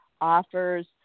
offers